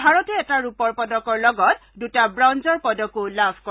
ভাৰতে এটা ৰূপৰ পদকৰ লগত দুটা ৱঞ্জৰ পদকো লাভ কৰে